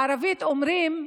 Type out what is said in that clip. בערבית אומרים: